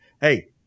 Hey